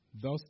Thus